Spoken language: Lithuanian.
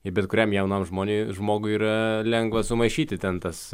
ir bet kuriam jaunam žmoniui žmogui yra lengva sumaišyti ten tas